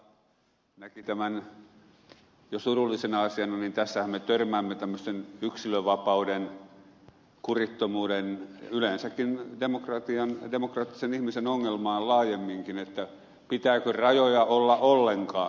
rajala näki tämän jo surullisena asiana niin tässähän me törmäämme tämmöisen yksilönvapauden kurittomuuden yleensäkin demokratian ja demokraattisen ihmisen ongelmaan laajemminkin pitääkö rajoja olla ollenkaan